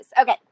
Okay